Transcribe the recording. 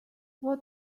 what